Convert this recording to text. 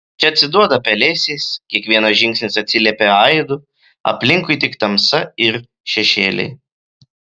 čia atsiduoda pelėsiais kiekvienas žingsnis atsiliepia aidu aplinkui tik tamsa ir šešėliai